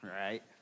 Right